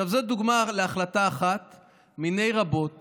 זו דוגמה להחלטה אחת מיני רבות